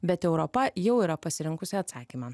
bet europa jau yra pasirinkusi atsakymą